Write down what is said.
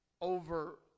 Over